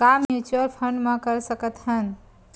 का mutual fund म कर सकत हन?